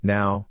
Now